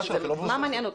מה מעניין אותך?